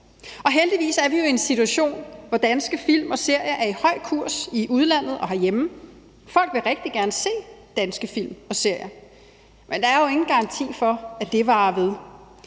Heldigvis er vi jo i en situation, hvor danske film og serier er i høj kurs i udlandet og herhjemme. Folk vil rigtig gerne se danske film og serier, men der er jo ingen garanti for, at det varer ved.